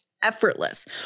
Effortless